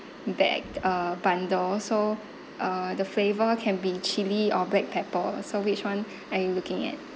bag uh bundle so uh the flavour can be chilli or black pepper so which one are you looking at